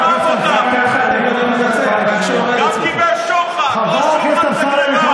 חבר הכנסת עודה, תודה.